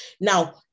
Now